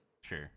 sure